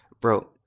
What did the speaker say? Bro